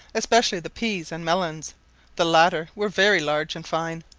especially the peas and melons the latter were very large and fine.